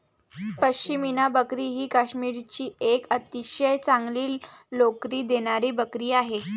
पश्मिना बकरी ही काश्मीरची एक अतिशय चांगली लोकरी देणारी बकरी आहे